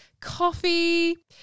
coffee